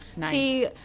see